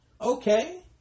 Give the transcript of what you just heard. Okay